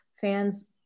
fans